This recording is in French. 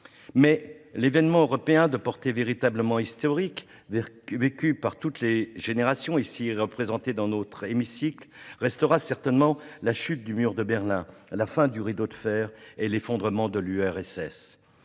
l'événement européen de portée véritablement historique vécu par les générations ici représentées restera certainement la chute du mur de Berlin, la fin du rideau de fer et l'effondrement de l'URSS.